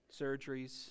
surgeries